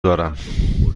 دارم